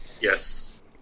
Yes